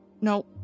No